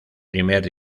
primer